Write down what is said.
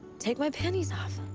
take my panties off.